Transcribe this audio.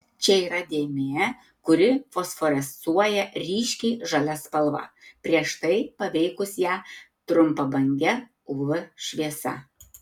čia yra dėmė kuri fosforescuoja ryškiai žalia spalva prieš tai paveikus ją trumpabange uv šviesa